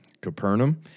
Capernaum